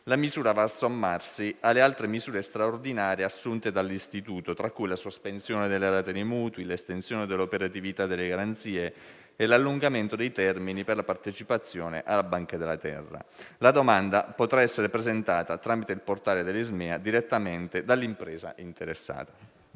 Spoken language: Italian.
La misura va a sommarsi alle altre misure straordinarie assunte dall'Istituto, tra cui la sospensione delle rate dei mutui, l'estensione dell'operatività delle garanzie e l'allungamento dei termini per la partecipazione alla Banca della terra. La domanda potrà essere presentata tramite il portale dell'ISMEA direttamente dall'impresa interessata.